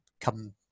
come